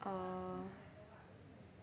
oh